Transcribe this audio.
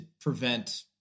prevent